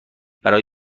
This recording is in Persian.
برای